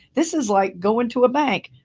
this is like going to a bank!